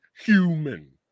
human